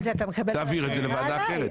תעביר את זה לוועדה אחרת.